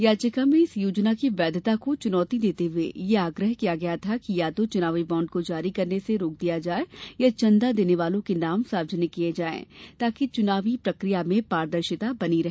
याचिका में इस योजना की वैधता को चुनौती देते हुए यह आग्रह किया गया था कि या तो चुनावी बाँड को जारी करने से रोक दिया जाए या चंदा देने वालों के नाम सार्वजनिक किया जाए ताकि चुनावी प्रक्रिया में पारदर्शिता बनी रहे